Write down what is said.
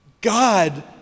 God